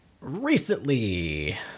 Recently